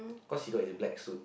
cause he were in black suit